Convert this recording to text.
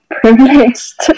privileged